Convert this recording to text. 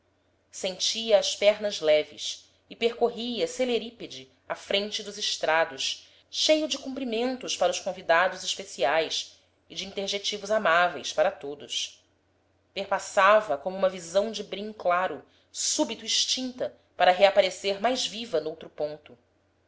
sentia as pernas leves e percorria celerípede a frente dos estrados cheio de cumprimentos para os convidados especiais e de interjetivos amáveis para todos perpassava como uma visão de brim claro súbito extinta para reaparecer mais viva noutro ponto